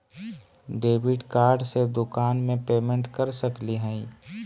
Debit card से दुकान में पेमेंट कर सकली हई?